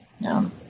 No